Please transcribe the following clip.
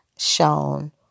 shown